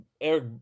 Eric